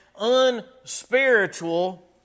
unspiritual